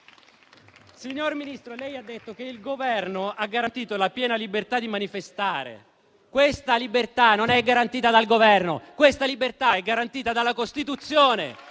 Signor Ministro, lei ha detto che il Governo ha garantito la piena libertà di manifestare. Questa libertà, però, non è garantita dal Governo, ma dall'articolo 17 della Costituzione,